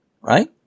right